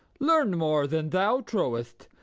learn more than thou trowest,